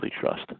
trust